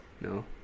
No